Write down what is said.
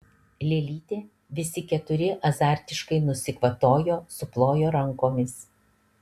lėlytė visi keturi azartiškai nusikvatojo suplojo rankomis